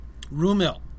Rumil